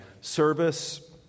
service